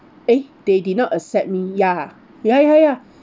eh they did not accept me ya ya ya ya